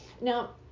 Now